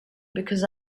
because